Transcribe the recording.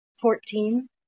Fourteen